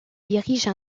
dirige